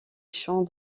champs